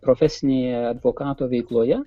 profesinėje advokato veikloje